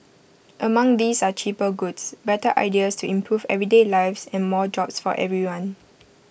among these are cheaper goods better ideas to improve everyday lives and more jobs for everyone